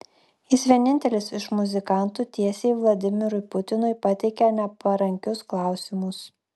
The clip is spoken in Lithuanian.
jis vienintelis iš muzikantų tiesiai vladimirui putinui pateikia neparankius klausimus